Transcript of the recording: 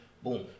Boom